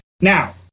Now